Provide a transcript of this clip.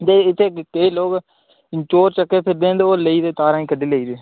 ते इत्थै केईं लोक चोर उचक्के फिरदे न ते ओह् लेई दे तारां ई कड्ढी लेई दे